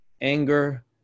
anger